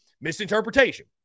misinterpretation